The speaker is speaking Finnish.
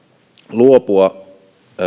luopua